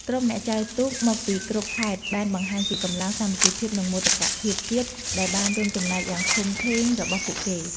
ក្រុមអ្នកចែវទូកមកពីគ្រប់ខេត្តបានបង្ហាញពីកម្លាំង សាមគ្គីភាព និងមោទកភាពជាតិ ដែលបានរួមចំណែកយ៉ាងធំធេងរបស់ពួកគេ។